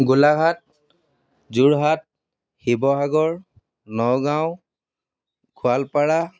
Golaghat Jorhat Sivasagar Nagaon Goalpara